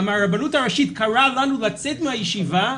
ואמר הרבנות הראשית קראה לנו לצאת מהישיבה,